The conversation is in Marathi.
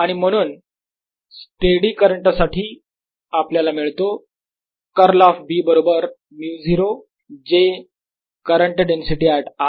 आणि म्हणून स्टेडी करंट साठी आपल्याला मिळतो कर्ल ऑफ B बरोबर 𝜇0 j current density at r